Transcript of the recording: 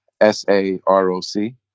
S-A-R-O-C